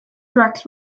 tracks